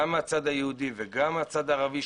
גם מהצד היהודי וגם מהצד הערבי,